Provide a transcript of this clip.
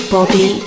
Bobby